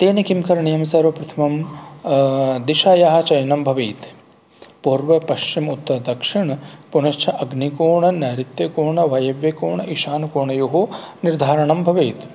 तेन किं करणीयं सर्वप्रथमं दिशायाः चयनं भवेत् पूर्वपश्चिम उत्तरदक्षिणाः पुनश्च अग्निकोणः नैर्ऋतकोणः वायव्यकोणः ईशानकोणयोः निर्धारणं भवेत्